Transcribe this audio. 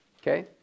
Okay